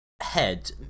head